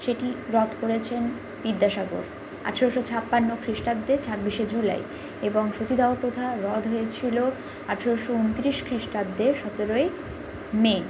সেটি রদ করেছেন বিদ্যাসাগর আঠেরোশো ছাপ্পান্ন খ্রিস্টাব্দে ছাব্বিশে জুলাই এবং সতীদাহ প্রথা রদ হয়েছিলো আঠোরোশো উনত্রিশ খ্রিস্টাব্দে সতেরোই মে